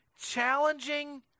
challenging